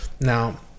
now